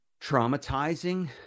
traumatizing